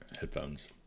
headphones